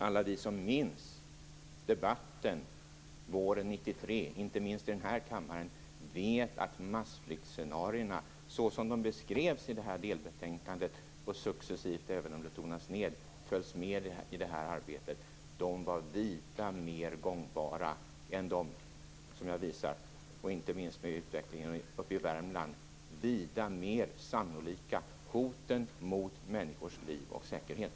Alla vi som minns debatten våren 1993, inte minst i den här kammaren, vet att massflyktsscenariona såsom de beskrevs i det här delbetänkandet och som successivt, även om det tonas ned, följs upp med det här arbetet, var vida mer gångbara än de som jag visade, inte minst med utvecklingen uppe i Värmland, och vida mer sannolika, dvs. hoten mot människors liv och säkerhet.